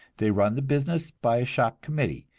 they run the business by a shop committee,